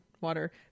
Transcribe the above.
water